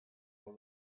all